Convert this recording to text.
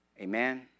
Amen